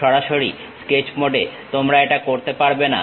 সরাসরি স্কেচ মোডে তোমরা এটা করতে পারবে না